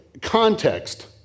context